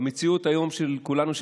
במציאות של כולנו היום,